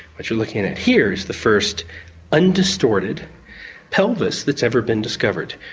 what you're looking at here is the first undistorted pelvis that's ever been discovered,